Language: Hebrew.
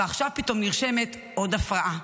ועכשיו פתאום נרשמת עוד הפרעה.